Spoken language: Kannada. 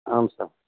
ಹಾಂ ಸರ್